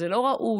זה לא ראוי,